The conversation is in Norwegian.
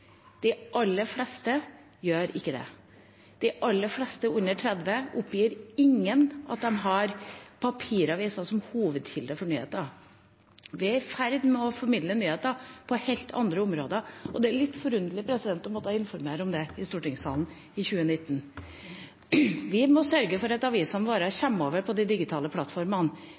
De aller fleste gjør ikke det. Av dem under 30 år oppgir ingen at de har papiravis som hovedkilde for nyheter. Vi er i ferd med å formidle nyheter på helt andre områder, og det er litt forunderlig å måtte informere om det i stortingssalen i 2019. Vi må sørge for at avisene våre kommer over på de digitale plattformene.